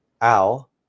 Al